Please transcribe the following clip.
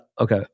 Okay